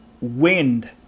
Wind